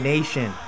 Nation